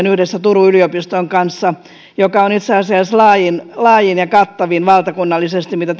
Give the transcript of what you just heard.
yhdessä turun yliopiston kanssa teettämään tutkimukseen joka on itse asiassa valtakunnallisesti laajin ja kattavin tällaisista oirekyselyistä mitä